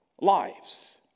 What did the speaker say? lives